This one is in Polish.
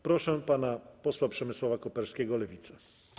Proszę pana posła Przemysława Koperskiego, Lewica.